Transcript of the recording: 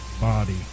body